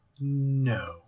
No